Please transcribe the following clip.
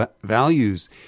values